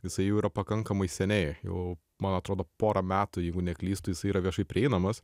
jisai jau yra pakankamai seniai jau man atrodo porą metų jeigu neklystu jis yra viešai prieinamas